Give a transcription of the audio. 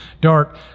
dark